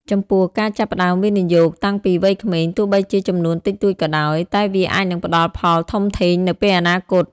ចំពោះ ការចាប់ផ្តើមវិនិយោគតាំងពីវ័យក្មេង ទោះបីជាចំនួនតិចតួចក៏ដោយ តែវាអាចនឹងផ្តល់ផលធំធេងនៅពេលអនាគត។